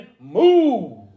move